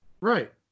Right